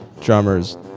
drummers